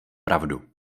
pravdu